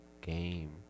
game